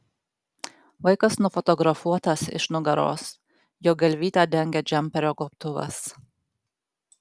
vaikas nufotografuotas iš nugaros jo galvytę dengia džemperio gobtuvas